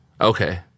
Okay